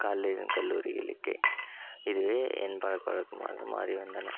காலேஜும் கல்லூரியிக்கே இதுவே என் பழக்கவழக்கமாக மாறி வந்தன